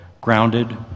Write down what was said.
grounded